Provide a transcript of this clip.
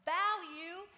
value